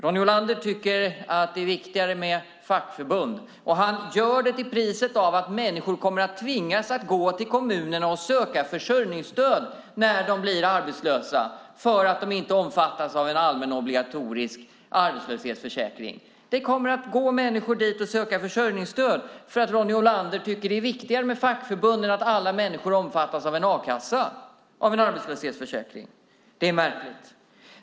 Ronny Olander tycker att det är viktigare med fackförbund, och han gör det till priset av att människor kommer att tvingas att gå till kommunerna och söka försörjningsstöd när de blir arbetslösa därför att de inte omfattas av en allmän, obligatorisk arbetslöshetsförsäkring. Människor kommer att gå dit och söka försörjningsstöd därför att Ronny Olander tycker att det är viktigare med fackförbund än att alla människor omfattas av en a-kassa, av en arbetslöshetsförsäkring. Det är märkligt.